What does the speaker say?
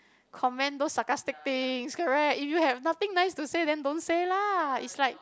comment those sarcastic things correct if you have nothing nice to say then don't say lah is like